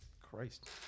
Christ